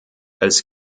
als